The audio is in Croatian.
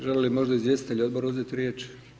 Želi li možda izvjestitelj odbora uzeti riječ?